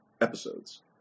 episodes